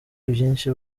ibyinshi